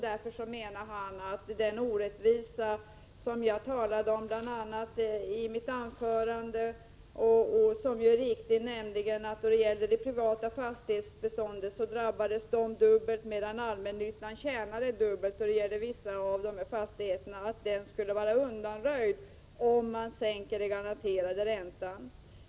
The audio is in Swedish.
Därför menar han att den orättvisa som jag bl.a. talade om i mitt anförande — och den är riktig, för vissa fastigheter i det privata fastighetsbeståndet drabbades dubbelt medan allmännnyttan tjänade dubbelt — skulle vara undanröjd om man sänker den garanterade räntan.